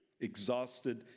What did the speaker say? exhausted